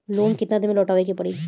Loan केतना दिन में लौटावे के पड़ी?